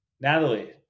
Natalie